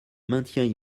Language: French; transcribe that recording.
maintient